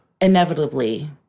inevitably